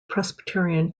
presbyterian